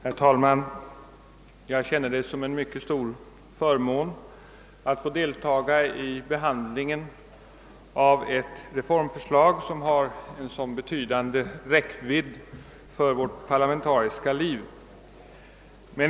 Herr talman! Jag känner det som en mycket stor förmån att få deltaga i behandlingen av ett reformförslag, som har så betydande räckvidd i avseende på vårt parlamentariska liv.